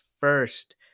first